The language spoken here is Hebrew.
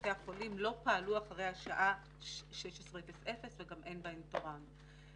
בבתי החולים לא פעלו אחרי השעה 16:00 וגם אין בהן תורן.